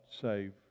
save